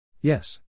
Yes